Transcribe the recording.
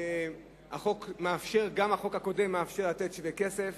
גם החוק הקודם מאפשר לתת שווה כסף,